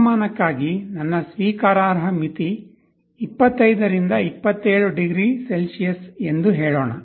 ತಾಪಮಾನಕ್ಕಾಗಿ ನನ್ನ ಸ್ವೀಕಾರಾರ್ಹ ಮಿತಿ 25 ರಿಂದ 27 ಡಿಗ್ರಿ ಸೆಲ್ಸಿಯಸ್ ಎಂದು ಹೇಳೋಣ